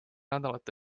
nädalat